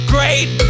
Great